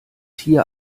hier